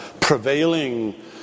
prevailing